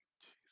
Jesus